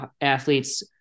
athletes